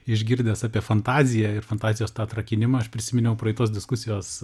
išgirdęs apie fantaziją ir fantazijos tą atrakinimą aš prisiminiau praeitos diskusijos